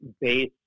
base